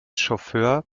chauffeur